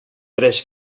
tres